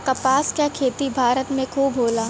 कपास क खेती भारत में खूब होला